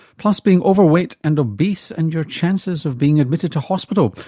plus being overweight and obese and your chances of being admitted to hospital.